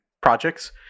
projects